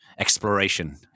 Exploration